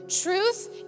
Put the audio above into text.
Truth